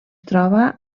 troba